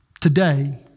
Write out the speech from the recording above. today